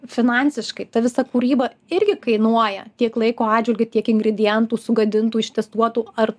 finansiškai ta visa kūryba irgi kainuoja tiek laiko atžvilgiu tiek ingredientų sugadintų ištestuotų ar